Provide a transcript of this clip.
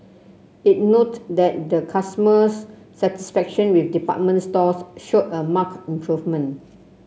it note that the customers satisfaction with department stores showed a mark improvement